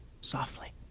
softly